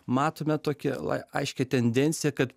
matome tokią la aiškią tendenciją kad